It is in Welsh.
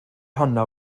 honno